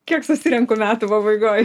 kiek susirenku metų pabaigoj